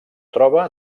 troba